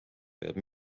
vajab